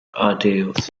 ideals